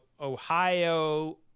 Ohio